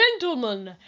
gentlemen